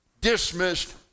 Dismissed